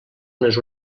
les